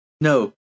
No